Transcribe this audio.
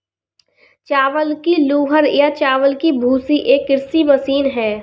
चावल की हूलर या चावल की भूसी एक कृषि मशीन है